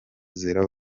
zera